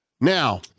Now